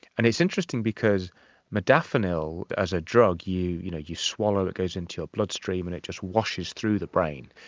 and it's interesting because modafinil as a drug, you you know you swallow it, it goes into your bloodstream and it just washes through the brain,